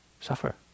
suffer